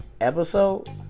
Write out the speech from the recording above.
episode